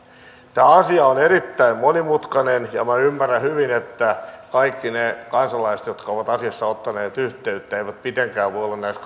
tämä asia on erittäin monimutkainen ja minä ymmärrän hyvin että kaikki ne kansalaiset jotka ovat asiassa ottaneet yhteyttä eivät mitenkään voi olla näistä